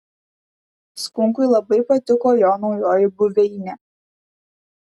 skunkui labai patiko jo naujoji buveinė